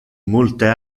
multe